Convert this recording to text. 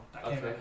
okay